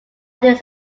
these